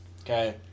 Okay